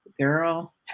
girl